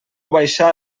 baixar